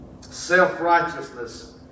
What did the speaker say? self-righteousness